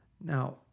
Now